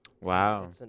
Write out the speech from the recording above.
Wow